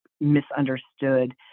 misunderstood